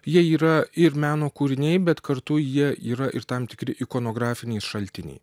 jie yra ir meno kūriniai bet kartu jie yra ir tam tikri ikonografiniai šaltiniai